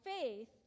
faith